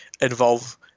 involve